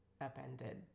upended